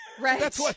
Right